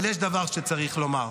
אבל יש דבר שצריך לומר.